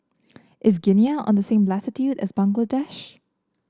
is Guinea on the same latitude as Bangladesh